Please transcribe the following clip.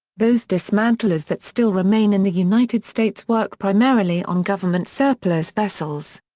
those dismantlers that still remain in the united states work primarily on government surplus vessels.